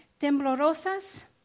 Temblorosas